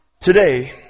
today